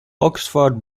oxford